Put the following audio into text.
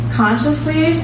consciously